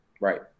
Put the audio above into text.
right